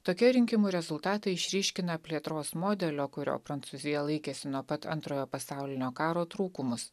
tokie rinkimų rezultatai išryškina plėtros modelio kurio prancūzija laikėsi nuo pat antrojo pasaulinio karo trūkumus